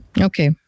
Okay